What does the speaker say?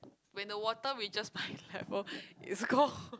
when the water reaches my level it's gone